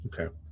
Okay